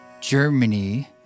Germany